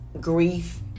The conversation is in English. grief